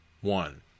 one